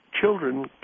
children